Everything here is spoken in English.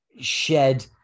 shed